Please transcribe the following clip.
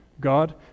God